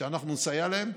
שאנחנו נסייע להן,